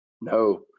No